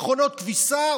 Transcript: מכונות כביסה,